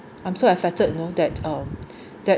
I'm so affected you know that um that